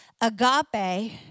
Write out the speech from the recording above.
Agape